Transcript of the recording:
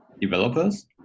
developers